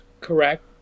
correct